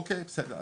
אוקיי, בסדר.